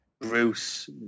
Bruce